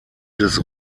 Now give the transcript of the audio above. des